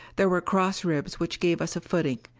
there were cross ribs which gave us a footing,